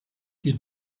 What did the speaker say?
you